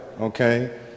okay